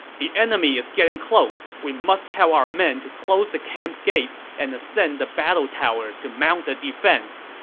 the enemy is getting close. we must tell our men to close the camp gates and ascend the battle towers to mount a defense!